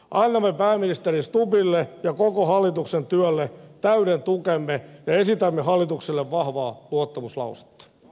annamme pääministeri stubbille ja koko hallituksen työlle täyden tukemme ja esitämme hallitukselle vahvaa luottamuslausetta